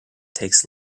takes